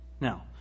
Now